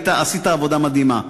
עשית עבודה מדהימה.